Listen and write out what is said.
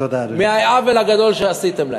מהעוול הגדול שעשיתם להם.